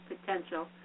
potential